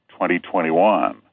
2021